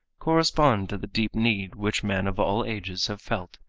correspond to the deep need which men of all ages have felt,